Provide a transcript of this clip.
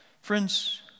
Friends